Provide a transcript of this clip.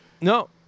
No